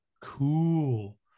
Cool